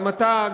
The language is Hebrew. גם אתה,